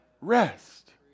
rest